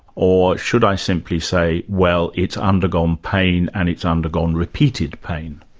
or should i simply say well, it's undergone pain and it's undergone repeated pain'?